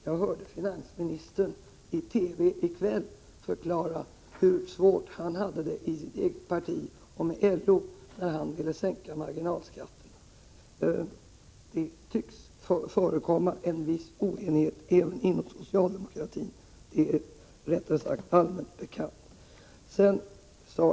Jag hörde i kväll i TV finansministern förklara hur svårt han hade det i sitt eget parti och med LO när han ville sänka marginalskatterna. Det tycks förekomma en viss oenighet även bland socialdemokraterna — det är rättare sagt allmänt bekant.